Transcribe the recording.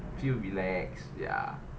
feel relax ya